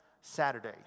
Saturday